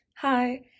Hi